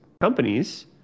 Companies